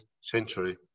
century